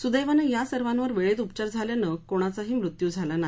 सुदैवाने या सर्वांवर वेळेत उपचार झाल्याने कोणाचाही मृत्यू झाला नाही